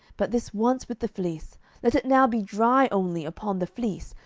but this once with the fleece let it now be dry only upon the fleece,